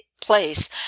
place